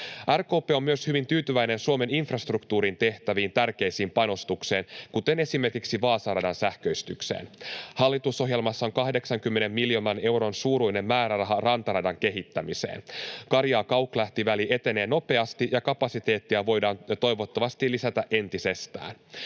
RKP on myös hyvin tyytyväinen infrastruktuuriin tehtäviin tärkeisiin panostuksiin, esimerkiksi Vaasan radan sähköistykseen. Hallitusohjelmassa on 80 miljoonan euron suuruinen määräraha rantaradan kehittämiseen. Karjaa—Kauklahti-väli etenee nopeasti, ja kapasiteettia voidaan toivottavasti lisätä entisestään.